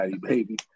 baby